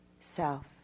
self